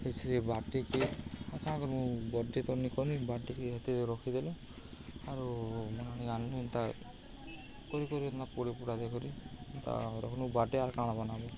ଏ ସେ ବାର୍ଥଡ଼େ କିଏ ଆ ତା ଆଗରୁ ମୁଁ ବର୍ଥଡ଼େ ତନ କନି ବାର୍ଥଡ଼େକ ଏତେ ରଖିଦେଲୁ ଆରୁ ମାନ ଆଣିଲି ଏନ୍ତା କରି କରି ଏନ୍ତା ପୋଡ଼ ପୋଡ଼ା ଦେଇ କରିରିନ୍ତା ରଖୁନୁ ବାର୍ଡେର୍ କାଣା ବନାବୁ